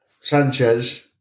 Sanchez